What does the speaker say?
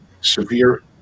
severe